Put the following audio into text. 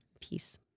peace